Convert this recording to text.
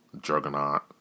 Juggernaut